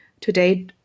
Today